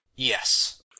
Yes